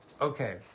Okay